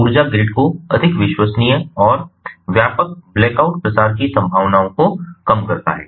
और ऊर्जा ग्रिड को अधिक विश्वसनीय और व्यापक ब्लैकआउट प्रसार की संभावना को कम करता है